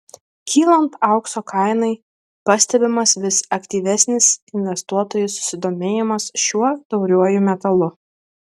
kylant aukso kainai pastebimas vis aktyvesnis investuotojų susidomėjimas šiuo tauriuoju metalu